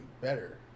better